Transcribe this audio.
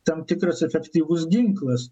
tam tikras efektyvus ginklas